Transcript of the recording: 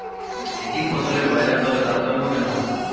একই ফসলের বাজারদরে তারতম্য কেন হয়?